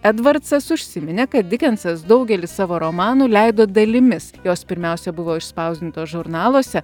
edvardsas užsiminė kad dikensas daugelį savo romanų leido dalimis jos pirmiausia buvo išspausdintos žurnaluose